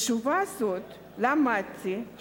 מתשובה זאת למדתי,